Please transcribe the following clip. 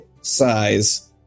size